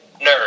nerd